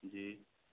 जी